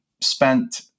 spent